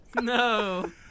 No